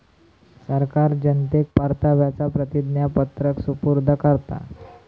सरकार जनतेक परताव्याचा प्रतिज्ञापत्र सुपूर्द करता